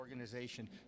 organization